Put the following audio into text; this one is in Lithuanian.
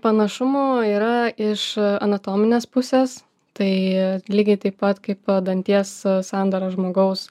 panašumų yra iš anatominės pusės tai lygiai taip pat kaip danties sandara žmogaus